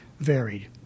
varied